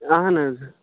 اَہن حظ